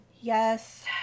Yes